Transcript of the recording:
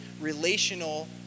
relational